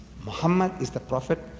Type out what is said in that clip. muhammad is the prophet?